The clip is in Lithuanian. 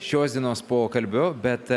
šios dienos pokalbio bet